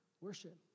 Worship